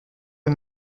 eux